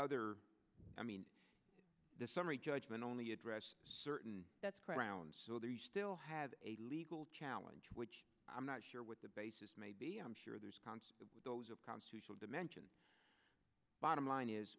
other i mean the summary judgment only addressed certain that's crowned so there you still have a legal challenge which i'm not sure what the basis maybe i'm sure there's conflict with those of constitutional dimension bottom line is